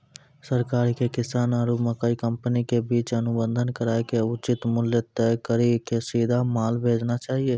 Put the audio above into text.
सरकार के किसान आरु मकई कंपनी के बीच अनुबंध कराय के उचित मूल्य तय कड़ी के सीधा माल भेजना चाहिए?